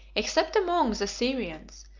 except among the syrians,